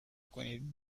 کنین